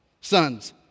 sons